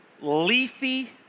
leafy